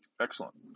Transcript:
excellent